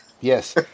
Yes